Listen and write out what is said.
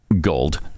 Gold